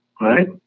right